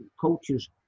coaches